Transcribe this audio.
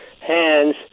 hands